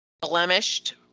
blemished